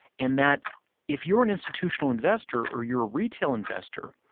and that if you're an institutional investor or you're a retail investor,